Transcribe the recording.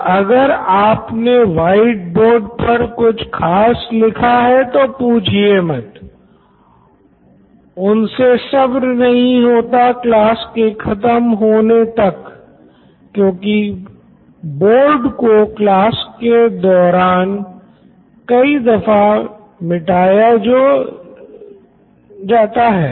और अगर आपने व्हाइट बोर्ड पर कुछ खास लिखा है तो पूछिये मत उनसे सब्र नहीं होता क्लास के खत्म होने तक क्योंकि बोर्ड को क्लास के दौरान कई दफा मिटा जो दिया जाता हैं